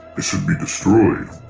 it should be destroyed,